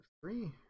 three